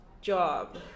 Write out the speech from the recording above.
job